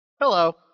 Hello